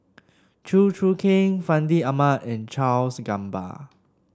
Chew Choo Keng Fandi Ahmad and Charles Gamba